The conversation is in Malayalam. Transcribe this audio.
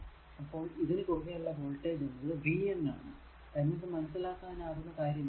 അപ്പോൾ ഇതിനു കുറുകെ ഉള്ള വോൾടേജ് എന്നത് vn ആണ് എന്നത് മനസ്സിലാക്കാനാകുന്ന കാര്യമാണല്ലോ